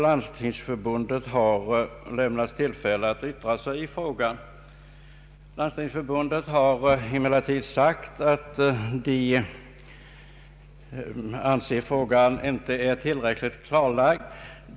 Landstingsförbundet har fått tillfälle att yttra sig i frågan. Landstingsförbundet har emellertid anfört att man inte anser att frågan är tillräckligt utredd.